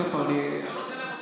תראה,